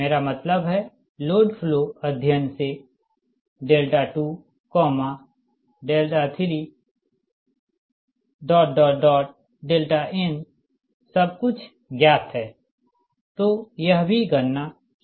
मेरा मतलब है लोड फ्लो अध्ययन से 2 3n सब कुछ ज्ञात है तो यह भी गणना की जा सकती है